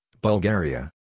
Bulgaria